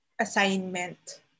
assignment